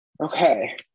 okay